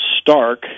Stark